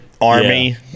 Army